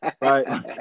Right